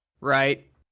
right